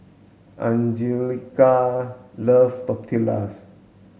Anjelica love Tortillas